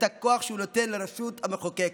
את הכוח שהוא נותן לרשות המחוקקת.